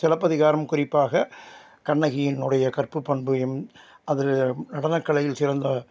சிலப்பதிகாரம் குறிப்பாக கண்ணகியினுடைய கற்பு பண்பையும் அதில் நடனக்கலையில் சிறந்த